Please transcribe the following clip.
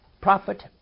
Prophet